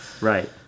Right